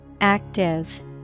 Active